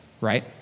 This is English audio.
Right